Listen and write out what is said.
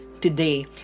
today